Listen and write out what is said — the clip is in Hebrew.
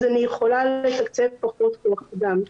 אז אני יכולה לתקצב פחות כוח אדם.